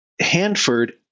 Hanford